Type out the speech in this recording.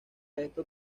esto